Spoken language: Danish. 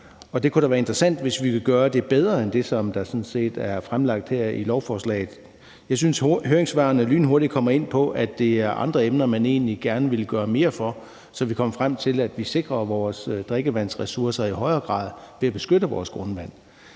det kunne jo være interessant, hvis vi ville gøre det bedre end det, der er fremlagt i lovforslaget her. Jeg synes, at høringssvarene lynhurtigt kommer ind på, at det er andre emner, man egentlig gerne vil gøre mere for, så vi kommer frem til at sikre vores drikkevandsressourcer i højere grad ved at beskytte vores grundvand.